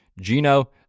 Gino